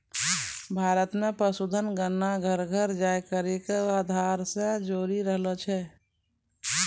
भारत मे पशुधन गणना घर घर जाय करि के आधार से जोरी रहलो छै